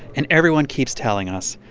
and everyone keeps telling us,